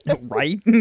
Right